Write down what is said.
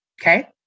Okay